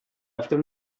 after